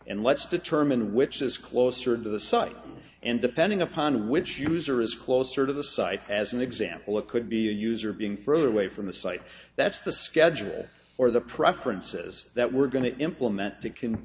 let's determine which is closer to the site and depending upon which user is closer to the site as an example it could be a user being further away from a site that's the schedule or the preferences that we're going to implement that can